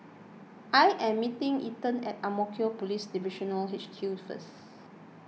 I am meeting Ethan at Ang Mo Kio Police Divisional H Q first